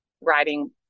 writing